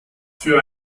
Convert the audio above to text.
für